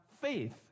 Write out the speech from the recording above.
faith